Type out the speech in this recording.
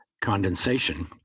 condensation